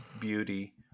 beauty